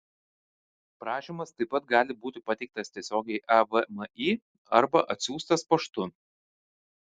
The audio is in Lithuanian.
prašymas taip pat gali būti pateiktas tiesiogiai avmi arba atsiųstas paštu